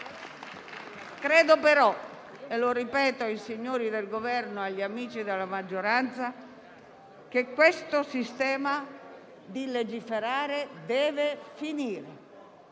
Credo però - e lo ripeto ai signori del Governo e agli amici dalla maggioranza - che questo sistema di legiferare debba finire.